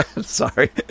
sorry